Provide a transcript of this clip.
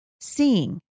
seeing